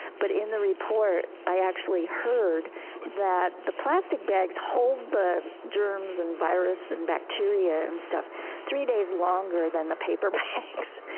but in the report, i actually heard that the plastic bags hold the germs, and virus, and bacteria and stuff three days longer than the paper bags.